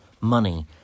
money